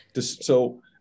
So-